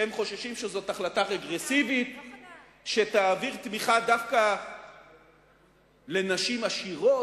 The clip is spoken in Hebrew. שהם חוששים שזאת החלטה רגרסיבית שתעביר תמיכה דווקא לנשים עשירות,